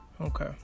Okay